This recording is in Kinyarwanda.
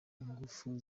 ingufu